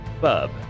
Bub